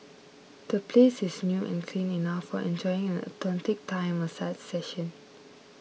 the place is new and clean enough for enjoying an authentic Thai massage session